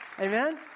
Amen